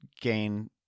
gain